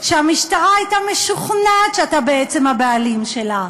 שהמשטרה הייתה משוכנעת שאתה בעצם הבעלים שלה?